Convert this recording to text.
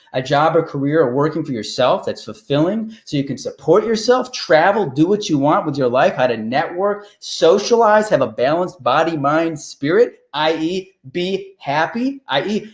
a job or career, or working for yourself that's fulfilling, so you can support yourself, travel, do what you want with your life, how to network, socialize, have a balanced body, body, mind, spirit, i e. be happy, i e,